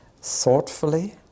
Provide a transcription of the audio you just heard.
thoughtfully